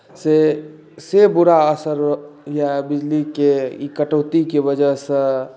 से से बुरा असर रहैया बिजलीके ई कटौतीके वजहसँ